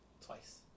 Twice